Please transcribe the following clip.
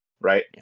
right